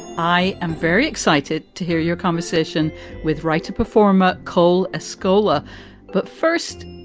i am very excited to hear your conversation with writer performer cole escola but first,